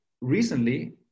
recently